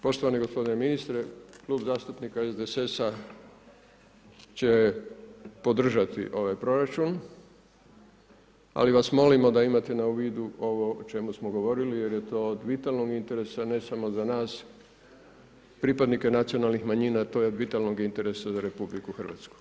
Poštovani gospodine ministre, klub zastupnika SDSS-a će podržati ovaj proračun, ali vas molimo da imate u vidu ovo o čemu smo govorili jer je to od vitalnoga interesa, ne samo za nas pripadnike nacionalnih manjina, to je od vitalnog interesa za RH.